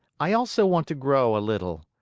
i also want to grow a little.